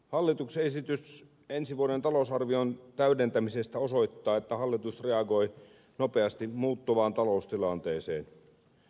hallituksen esitys ensi vuoden talousarvion täydentämisestä osoittaa että hallitus reagoi nopeasti muuttuvaan taloustilanteeseen